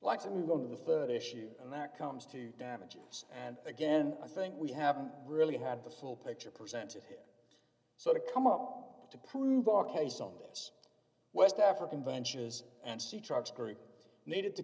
like to move on to the rd issue and that comes to damages and again i think we haven't really had the full picture presented here so to come up with to prove our case on this west african benches and see trucks group needed to